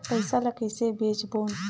पईसा ला कइसे भेजबोन?